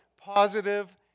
positive